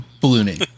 ballooning